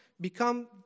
become